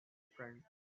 friend